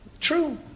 True